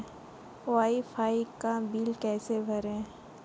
Wi fi का बिल कैसे भरें?